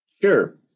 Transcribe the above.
Sure